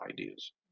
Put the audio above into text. ideas